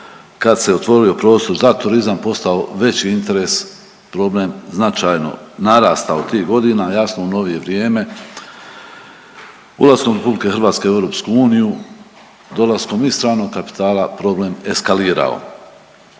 kad se otvorio prostor za turizam postao veći interes problem značajno narastao tih godina. Jasno u novije vrijeme ulaskom RH u EU, dolaskom i stranog kapitala, problem eskalirao.